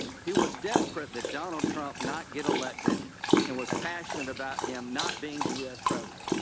he was desperate that donald trump not get elected and was passionate about him not being the u s. president.